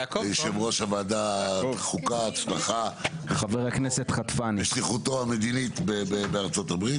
ליושב-ראש ועדת חוקה הצלחה בשליחותו המדינית עם ארצות הברית.